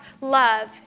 love